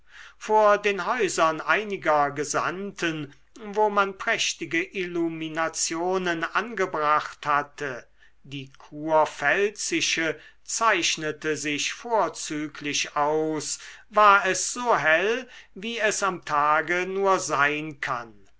vor den häusern einiger gesandten wo man prächtige illuminationen angebracht hatte die kurpfälzische zeichnete sich vorzüglich aus war es so hell wie es am tage nur sein kann